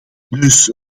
dus